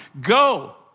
go